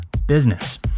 business